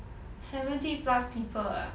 seventy plus people ah